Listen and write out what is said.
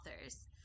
authors